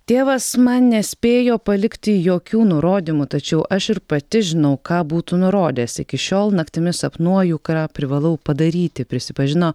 tėvas man nespėjo palikti jokių nurodymų tačiau aš ir pati žinau ką būtų nurodęs iki šiol naktimis sapnuoju ką privalau padaryti prisipažino